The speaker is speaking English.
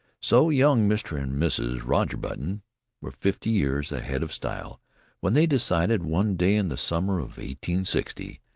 so young mr. and mrs. roger button were fifty years ahead of style when they decided, one day in the summer of sixty,